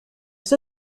pour